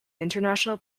international